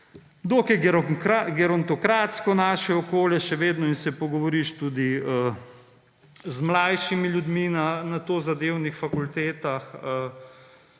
dokaj gerontokratsko našel okolje še vedno in se pogovoriš tudi z mlajšimi ljudmi na tozadevnih fakultetah.